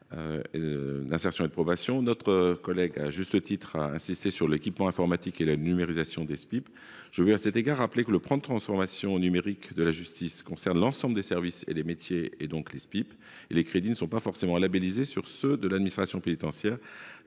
Notre collègue insiste à juste titre sur l'équipement informatique et la numérisation des Spip. Je veux à cet égard rappeler que le plan de transformation numérique de la justice concerne l'ensemble des services et des métiers, y compris donc les Spip. Les crédits ne sont pas forcément labellisés sur ceux de l'administration pénitentiaire,